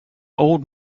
old